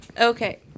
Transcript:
Okay